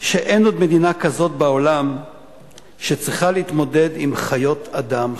ואין עוד מדינה כזאת בעולם שצריכה להתמודד עם חיות-אדם,